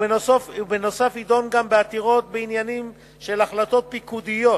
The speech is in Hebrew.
ובנוסף ידון גם בעתירות בעניינים של החלטות פיקודיות